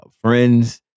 friends